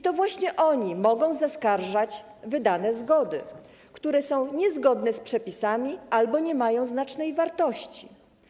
To właśnie oni mogą zaskarżać wydane zgody, które są niezgodne z przepisami albo nie mają znacznej wartości.